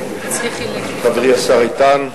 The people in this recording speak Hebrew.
חברי השר איתן,